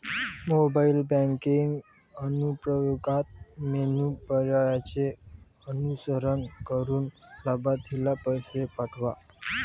mobile banking अनुप्रयोगात menu पर्यायांचे अनुसरण करून लाभार्थीला पैसे पाठवा